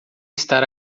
estar